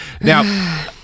Now